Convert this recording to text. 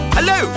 Hello